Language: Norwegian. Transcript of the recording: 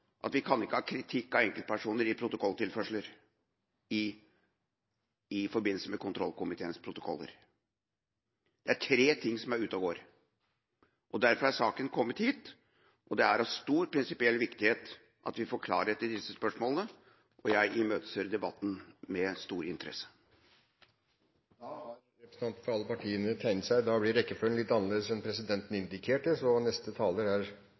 at vi kan ikke ha kritikk av enkeltpersoner i protokolltilførsler, i forbindelse med kontrollkomiteens protokoller. Det er tre ting som er ute og går, og derfor er saken kommet hit, og det er av stor prinsipiell viktighet at vi får klarhet i disse spørsmålene, og jeg imøteser debatten med stor interesse. Da har representanter fra alle partiene tegnet seg, og da blir rekkefølgen litt annerledes enn presidenten indikerte, så neste taler er